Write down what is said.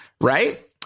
right